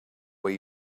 way